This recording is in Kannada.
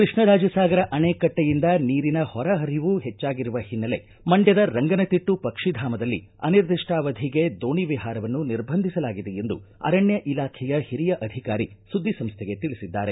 ಕೃಷ್ಣರಾಜಸಾಗರ ಅಣೆಕಟ್ಷೆಯಿಂದ ನೀರಿನ ಹೊರ ಹರಿವು ಹೆಚ್ಚಾಗಿರುವ ಹಿನ್ನೆಲೆ ಮಂಡ್ಕದ ರಂಗನತಿಟ್ಟು ಪಕ್ಷಿಧಾಮದಲ್ಲಿ ಅನಿರ್ಧಿಷ್ಠಾವಧಿಗೆ ದೋಣಿ ವಿಹಾರವನ್ನು ನಿರ್ಬಂಧಿಸಲಾಗಿದೆ ಎಂದು ಅರಣ್ಯ ಇಲಾಖೆಯ ಹಿರಿಯ ಅಧಿಕಾರಿ ಸುದ್ದಿ ಸಂಸ್ಥೆಗೆ ತಿಳಿಸಿದ್ದಾರೆ